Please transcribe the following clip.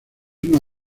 una